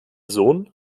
sohn